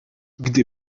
gdy